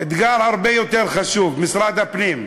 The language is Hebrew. אתגר הרבה יותר חשוב, משרד הפנים.